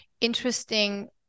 interesting